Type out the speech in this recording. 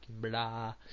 blah